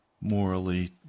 morally